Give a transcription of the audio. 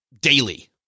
daily